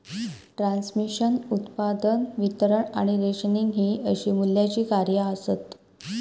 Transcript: transmission, उत्पादन, वितरण आणि रेशनिंग हि अशी मूल्याची कार्या आसत